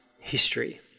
history